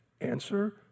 Answer